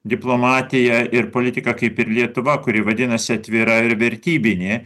diplomatiją ir politiką kaip ir lietuva kuri vadinasi atvira ir vertybinė